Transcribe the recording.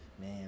Man